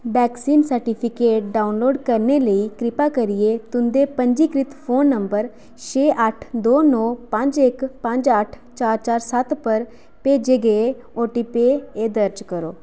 vaccine certificate download करने लेई किरपा करियै तुं'दे पंजीकृत फोन नंबर छे अट्ठ दो नौ पंज इक पंज अट्ठ चार चार सत्त पर भेजे गे ओटीपी ए दर्ज करो